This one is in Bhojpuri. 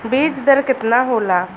बीज दर केतना होला?